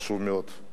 חשוב מאוד,